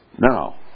Now